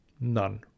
none